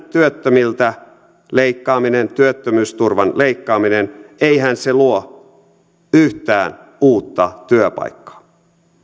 työttömiltä leikkaaminen työttömyysturvan leikkaaminen luo yhtään uutta työpaikkaa